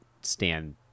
stand